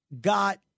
got